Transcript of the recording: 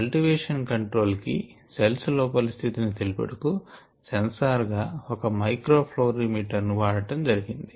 cultivation control కి cells లోపలి స్థితి ని తెలుపుటకు సెన్సార్ గా ఒక మైక్రో ఫ్లోరి మీటర్ ను వాడటం జరిగింది